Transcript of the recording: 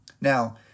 Now